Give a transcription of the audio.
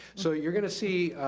so you're gonna see